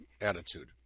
attitude